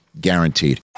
guaranteed